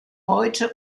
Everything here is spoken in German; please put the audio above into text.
heute